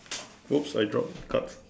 !oops! I dropped the cards